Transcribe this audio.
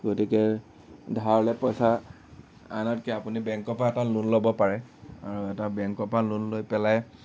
গতিকে ধাৰলৈ পইচা অনাতকৈ আপুনি বেংকৰ পৰা এটা লোন ল'ব পাৰে আৰু এটা বেংকৰ পৰা লোন লৈ পেলাই